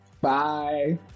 Bye